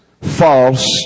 false